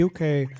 UK